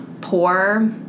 poor